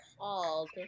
called